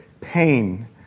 pain